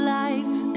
life